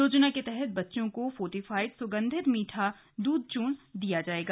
योजना के तहत बच्चों को फोर्टिफाइड सुगन्धित मीठा दुग्ध चूर्ण दिया जाएगा